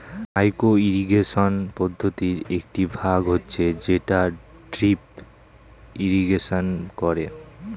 micro irrigation পদ্ধতির একটি ভাগ হচ্ছে যেটা ড্রিপ ইরিগেশন করে